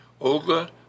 Olga